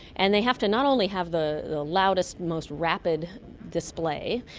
and they have to not only have the loudest, most rapid display,